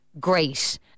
great